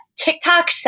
TikTok